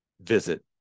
visit